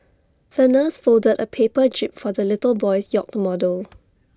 the nurse folded A paper jib for the little boy's yacht model